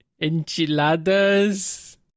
Enchiladas